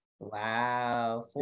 wow